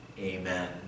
Amen